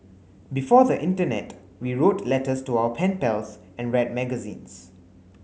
before the internet we wrote letters to our pen pals and read magazines